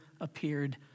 appeared